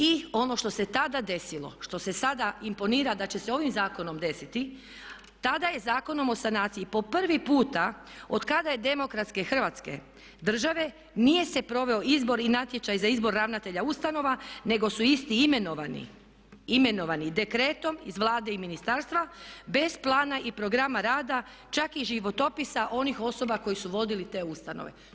I ono što se tada desilo, što se sada imponira da će se ovim zakonom desiti, tada je Zakonom o sanaciji po prvi puta od kada je demokratske Hrvatske države nije se proveo izbor i natječaj za izbor ravnatelja ustanova nego su isti imenovani dekretom iz Vlade i ministarstva, bez plana i programa rada čak i životopisa onih osoba koji su vodili te ustanove.